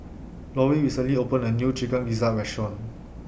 Laurie recently opened A New Chicken Gizzard Restaurant